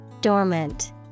Dormant